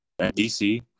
DC